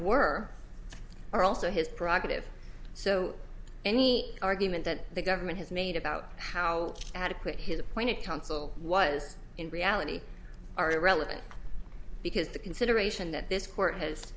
were are also his private if so any argument that the government has made about how adequate his appointed counsel was in reality are irrelevant because the consideration that this court has